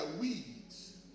weeds